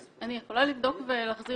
אני יכולה לבדוק ולהחזיר